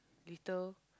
little